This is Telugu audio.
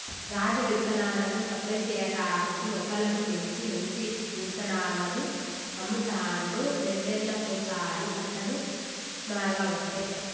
రాజు విత్తనాలను సప్లై చేయటానికీ మొక్కలను పెంచి మంచి విత్తనాలను అమ్ముతాండు రెండేళ్లకోసారి పంటను మార్వబట్టే